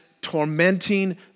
tormenting